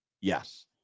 Yes